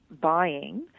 buying